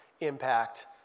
impact